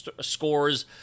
scores